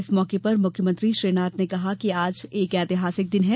इस मौके पर मुख्यमंत्री श्री नाथ ने कहा कि आज एक ऐतिहासिक दिन है